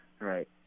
right